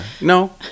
No